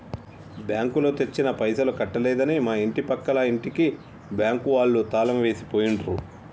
బ్యాంకులో తెచ్చిన పైసలు కట్టలేదని మా ఇంటి పక్కల ఇంటికి బ్యాంకు వాళ్ళు తాళం వేసి పోయిండ్రు